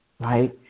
right